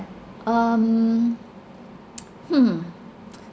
um hmm